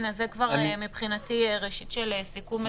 זה כבר מבחינתי ראשית של סיכום הדיון.